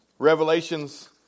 Revelations